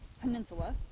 peninsula